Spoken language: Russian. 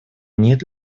нет